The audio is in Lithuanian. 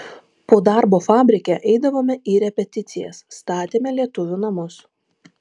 po darbo fabrike eidavome į repeticijas statėme lietuvių namus